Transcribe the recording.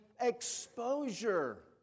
exposure